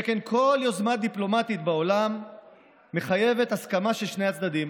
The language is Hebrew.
שכן כל יוזמה דיפלומטית בעולם מחייבת הסכמה של שני הצדדים,